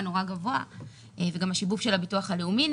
נורא גבוה וגם השיבוב של הביטוי הלאומי,